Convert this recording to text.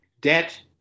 Debt